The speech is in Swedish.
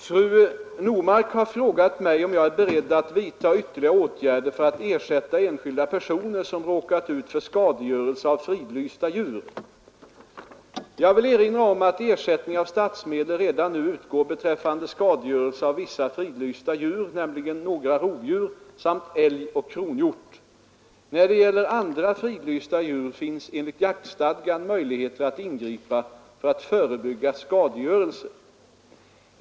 Herr talman! Fru Normark har frågat mig, om jag är beredd att vidtaga ytterligare åtgärder för att ersätta enskilda personer som råkat ut för skadegörelse av fridlysta djur. Jag vill erinra om att ersättning av statsmedel redan nu utgår beträffande skadegörelse av vissa fridlysta djur, nämligen några rovdjur samt älg och kronhjort. När det gäller andra fridlysta djur finns enligt jaktstadgan möjligheter att ingripa för att förebygga skadegörelse.